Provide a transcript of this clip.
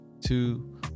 two